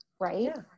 right